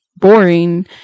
boring